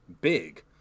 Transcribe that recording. big